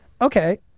Okay